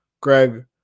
Greg